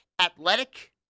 athletic